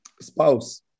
spouse